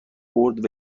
برد